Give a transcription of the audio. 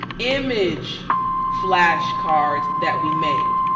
image flash cards that we made,